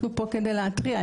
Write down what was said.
אנחנו פה כדי להתריע,